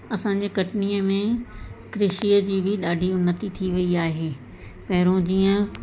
असांजे कटनीअ में कृषिअ जी बि ॾाढी उनती थी वई आहे पहिरों जीअं